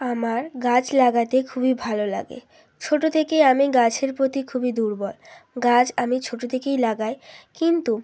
আমার গাছ লাগাতে খুবই ভালো লাগে ছোটো থেকে আমি গাছের প্রতি খুবই দুর্বল গাছ আমি ছোটো থেকেই লাগাই কিন্তু